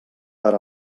per